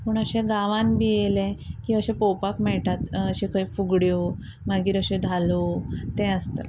पूण अशे गांवान बी येयले की अशें पळोवपाक मेळटात अश्यो खंय फुगड्यो मागीर अश्यो धालो तें आसतात